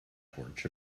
torch